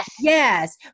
yes